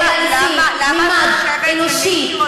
אלא לפי ממד אנושי,